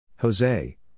Jose